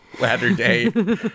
latter-day